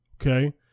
okay